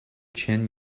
chen